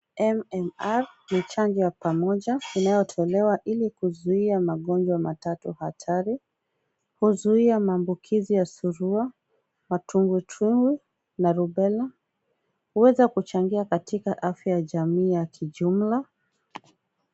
MMR ni chanjo ya pamoja inayotolewa ili kuzuia magonjwa matatu hatari, huzuia maambukizi ya surua, matubwitubwi na rubela, huweza kuchangia katika afya ya jamii ya kijumla.